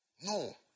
No